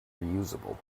reusable